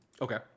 Okay